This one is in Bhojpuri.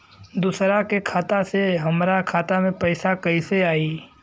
दूसरा के खाता से हमरा खाता में पैसा कैसे आई?